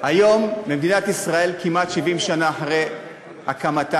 היום במדינת ישראל, כמעט 70 שנה אחרי הקמתה,